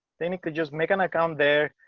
then you could just make an account there.